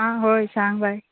आं हय सांग बाय